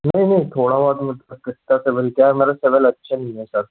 नहीं नहीं थोड़ा बहुत कटता है सिबिल क्या है मेरा सिबिल अच्छा नहीं हैं सर